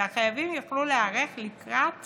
והחייבים יוכלו להיערך לקראת